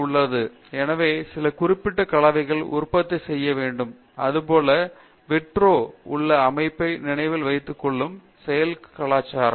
பேராசிரியர் சத்யநாராயணா என் கும்மாடி எனவே சில குறிப்பிட்ட கலவைகளை உற்பத்தி செய்ய வேண்டும் அதேபோல் விட்ரோவில் உள்ள அமைப்பை நினைவில் வைத்துக் கொள்ளும் செல் கலாச்சாரம்